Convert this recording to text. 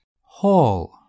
Hall